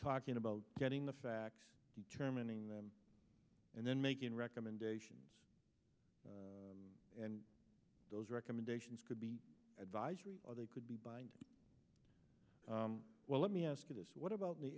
talking about getting the facts terminating them and then making recommendations and those recommendations could be advisory or they could be binding well let me ask you this what about the